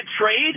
trade